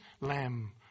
lamb